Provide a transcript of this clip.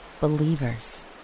believers